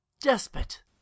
despot